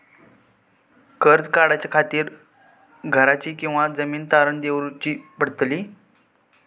कर्ज काढच्या खातीर घराची किंवा जमीन तारण दवरूची पडतली?